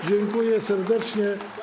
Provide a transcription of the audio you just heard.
Dziękuję serdecznie.